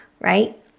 right